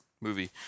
movie